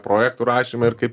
projektų rašymą ir kaip